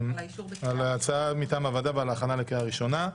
על ההצעה מטעם הוועדה ועל ההכנה לקריאה ראשונה.